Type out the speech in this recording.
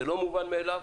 זה לא מובן מאליו.